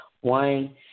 One